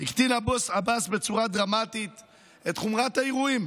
הקטין עבאס בצורה דרמטית את חומרת האירועים